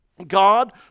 God